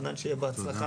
חנן, שיהיה בהצלחה.